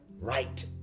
right